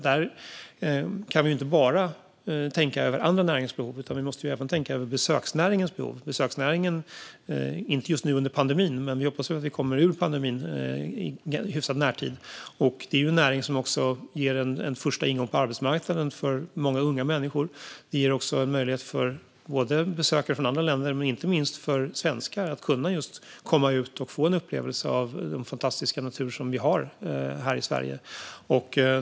Där kan vi inte bara tänka på andra näringsbehov, utan vi måste även tänka på besöksnäringens behov - inte just nu under pandemin, men vi hoppas att vi kommer ur pandemin i hyfsad närtid. Det är en näring som också ger en första ingång på arbetsmarknaden för många unga människor, och besökare från andra länder och svenskar kan komma ut och få uppleva den fantastiska natur vi har i Sverige.